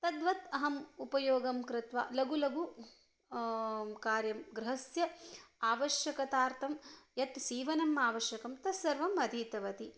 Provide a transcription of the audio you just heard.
तद्वत् अहम् उपयोगं कृत्वा लघु लघु कार्यं गृहस्य आवश्यकतार्थं यत् सीवनम् आवश्यकं तत्सर्वम् अधीतवती